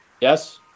Yes